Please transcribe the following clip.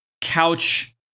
couch